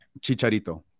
Chicharito